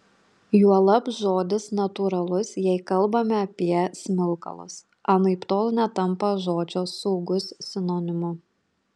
juolab žodis natūralus jei kalbame apie smilkalus anaiptol netampa žodžio saugus sinonimu